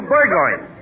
Burgoyne